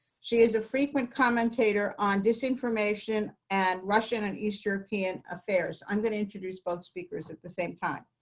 she is a frequent commentator on disinformation and russian and east european affairs. i'm going to introduce both speakers at the same time.